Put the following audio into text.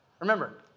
Remember